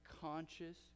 conscious